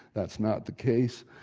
that's not the case,